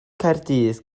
caerdydd